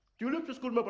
tulips school. but